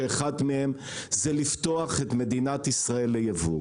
שאחת מהן זה לפתוח את מדינת ישראל לייבוא.